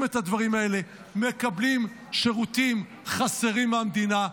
את הדברים האלה ומקבלים שירותים חסרים מהמדינה.